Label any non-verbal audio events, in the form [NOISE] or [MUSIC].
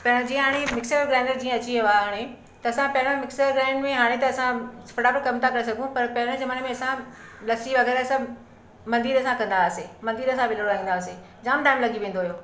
त जीअं हाणे मिक्सर ग्राइंडर जीअं अची वियो आहे हाणे त असां पहिरों मिक्सर ग्राइंड में हाणे त असां फटाफटु कमु था करे सघूं पर पहिरें ज़माने में असां लस्सी वग़ैरह सभु मंदिरे सां कंदा हुआसीं मंदिरे सां [UNINTELLIGIBLE] जाम टाइम लॻी वेंदो हुयो